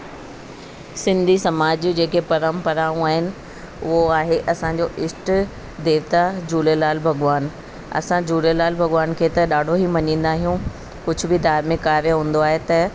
सिंधी समाज जूं जेके परम्पराऊं आहिनि उहो आहे असांजो ईष्ट देवता झूलेलाल भॻवानु असां झूलेलाल भॻवान खे त ॾाढो ई मञींदा आहियूं कुझु बि धार्मिक कार्य हूंदो आहे त